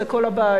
זה כל הבית,